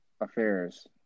affairs